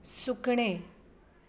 सुकणें